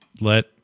let